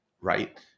Right